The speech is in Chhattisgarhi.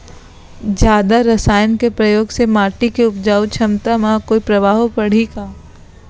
जादा रसायन के प्रयोग से माटी के उपजाऊ क्षमता म कोई प्रभाव पड़ही का?